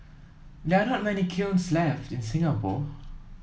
there are not many kilns left in Singapore